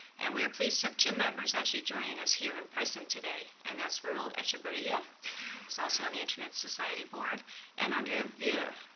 and we are pleased to have two members actually joining us here and present today, and that's raul echeverria he's also on the internet society board and andrea vieux.